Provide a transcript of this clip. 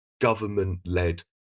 government-led